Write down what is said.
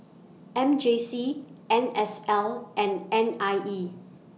M J C N S L and N I E